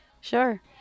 Sure